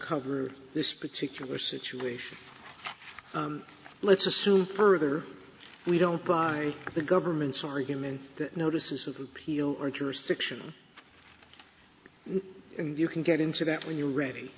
cover this particular situation let's assume further we don't buy the government's argument that notices of appeal or jurisdiction and you can get into that when you're ready